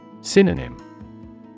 Synonym